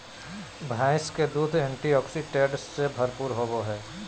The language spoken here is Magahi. भैंस के दूध एंटीऑक्सीडेंट्स से भरपूर होबय हइ